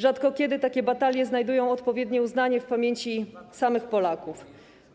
Rzadko kiedy takie batalie znajdują odpowiednie uznanie w pamięci samych Polaków,